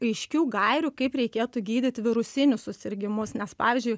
aiškių gairių kaip reikėtų gydyt virusinius susirgimus nes pavyzdžiui